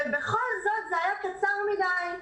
ובכל זאת זה היה קצר מדי.